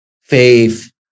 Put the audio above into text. faith